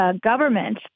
Government